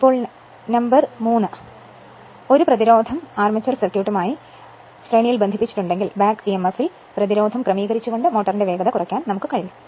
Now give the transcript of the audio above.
ഇപ്പോൾ നമ്പർ 3 ഒരു പ്രതിരോധം അർമേച്ചർ സർക്യൂട്ടുമായി ശ്രേണിയിൽ ബന്ധിപ്പിച്ചിട്ടുണ്ടെങ്കിൽ back Emf ൽ പ്രതിരോധം ക്രമീകരിച്ചുകൊണ്ട് മോട്ടറിന്റെ വേഗത കുറയ്ക്കാൻ കഴിയും